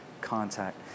contact